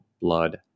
blood